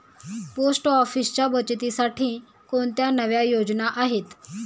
Post ऑफिसच्या बचतीसाठी कोणत्या नव्या योजना आहेत?